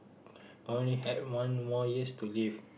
only had one more years to live